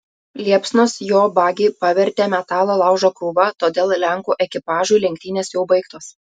liepsnos jo bagį pavertė metalo laužo krūva todėl lenkų ekipažui lenktynės jau baigtos